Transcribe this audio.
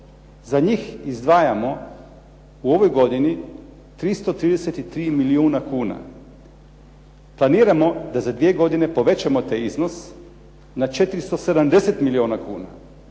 Za njih izdvajamo u ovoj godini 333 milijuna kuna. Planiramo da za dvije godine povećamo taj iznos na 470 milijuna kuna,